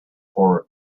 for